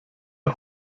der